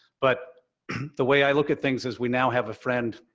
but the way i look at things is we now have a friend,